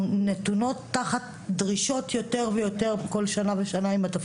אנחנו נתונות לעוד ועוד דרישות שעולות עם התפקיד,